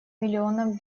миллионов